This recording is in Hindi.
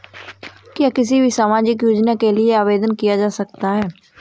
क्या किसी भी सामाजिक योजना के लिए आवेदन किया जा सकता है?